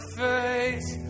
face